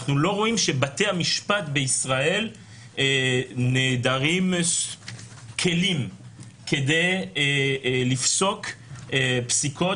אנחנו לא רואים שבתי המשפט בישראל נעדרים כלים כדי לפסוק פסיקות,